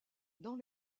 dans